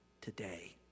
today